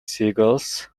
seagulls